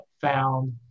found